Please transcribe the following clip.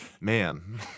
man